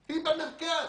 היא במרכז.